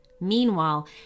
Meanwhile